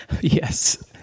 Yes